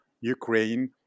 Ukraine